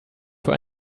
für